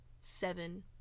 seven